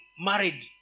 married